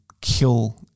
kill